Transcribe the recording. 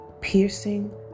piercing